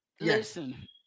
Listen